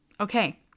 Okay